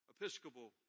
Episcopal